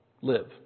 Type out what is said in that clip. live